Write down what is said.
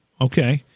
Okay